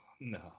no